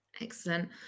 excellent